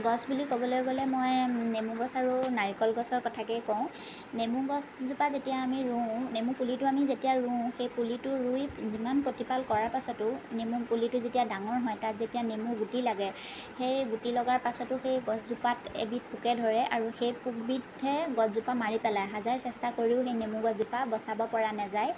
গছ বুলি ক'বলৈ গ'লে মই নেমুগছ আৰু নাৰিকল গছৰ কথাকেই কওঁ নেমু গছজোপা যেতিয়া আমি ৰোওঁ নেমু পুলিটো আমি যেতিয়া ৰওঁ সেই পুলিটো ৰুই যিমান প্ৰতিপাল কৰাৰ পাছতো নেমু পুলিটো যেতিয়া ডাঙৰ হয় তাত যেতিয়া নেমু গুটি লাগে সেই গুটি লগাৰ পাছতো সেই গছজোপাত এবিধ পোকে ধৰে আৰু সেই পোকবিধে গছজোপা মাৰি পেলায় হাজাৰ চেষ্টা কৰিও সেই নেমু গছজোপা বচাব পৰা নেযায়